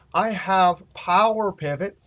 i have power pivot,